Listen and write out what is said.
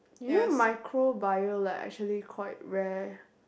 you know microbio like actually quite rare